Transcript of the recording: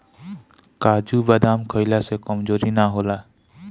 काजू बदाम खइला से कमज़ोरी ना होला